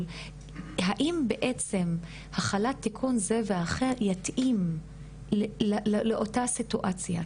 האם קודם כל החלת תיקון זה ואחר יתאים לאותה הסיטואציה?